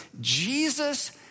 Jesus